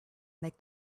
make